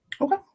Okay